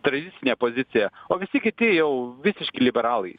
tradicinę pozicija o visi kiti jau visiški liberalai